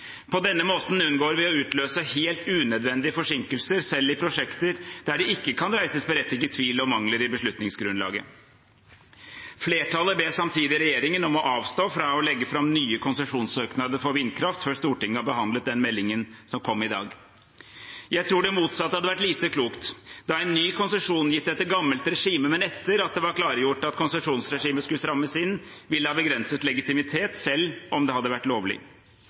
På denne måten unngår vi å utløse helt unødvendige forsinkelser selv i prosjekter der det ikke kan reises berettiget tvil om mangler i beslutningsgrunnlaget. Flertallet ber samtidig regjeringen om å avstå fra å legge fram nye konsesjonssøknader for vindkraft før Stortinget har behandlet den meldingen som kom i dag. Jeg tror det motsatte hadde vært lite klokt, da en ny konsesjon, gitt etter gammelt regime, men etter at det var klargjort at konsesjonsregimet skulle strammes inn, ville ha begrenset legitimitet, selv om det hadde vært lovlig.